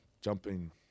jumping